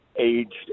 aged